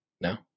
No